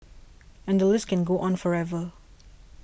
and the list can go on forever